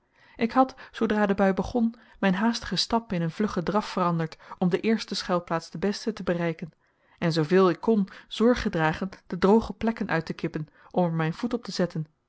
ik had zoodra de bui begon mijn haastigen stap in een vluggen draf veranderd om de eerste schuilplaats de beste te bereiken en zooveel ik kon zorg gedragen de droge plekken uit te kippen om er mijn voet op te zetten